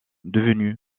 devenus